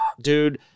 dude